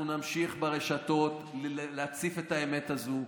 אנחנו נמשיך ברשתות להפיץ את האמת הזו,